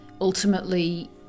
ultimately